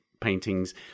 paintings